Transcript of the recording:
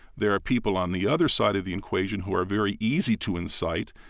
there are people on the other side of the equation who are very easy to incite,